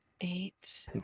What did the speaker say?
Eight